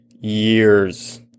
years